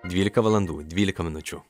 dvylika valandų dvylika minučių